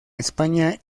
españa